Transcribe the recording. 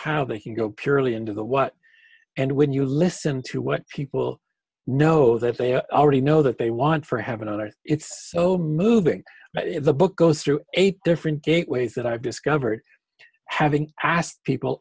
how they can go purely into the what and when you listen to what people know that they already know that they want for heaven on earth it's so moving the book goes through eight different gateways that i've discovered having asked people